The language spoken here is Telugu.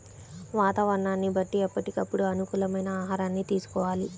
వాతావరణాన్ని బట్టి ఎప్పటికప్పుడు అనుకూలమైన ఆహారాన్ని తీసుకోవాలి